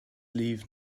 leave